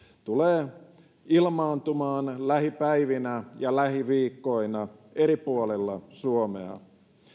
tulee ilmaantumaan lähipäivinä ja lähiviikkoina eri puolilla suomea